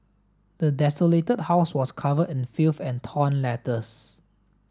the desolated house was covered in a filth and torn letters